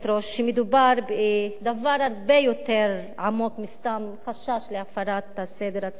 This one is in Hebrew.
שמדובר בדבר הרבה יותר עמוק מסתם חשש להפרת הסדר הציבורי.